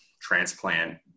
transplant